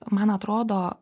man atrodo